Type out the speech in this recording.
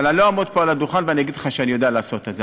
אבל אני לא אעמוד פה על הדוכן ואגיד לך שאני יודע לעשות את זה.